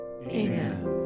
Amen